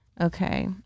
Okay